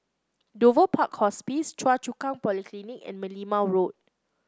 Dover Park Hospice Choa Chu Kang Polyclinic and Merlimau Road